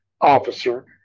officer